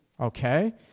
okay